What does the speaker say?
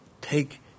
Take